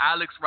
Alex